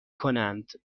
کنند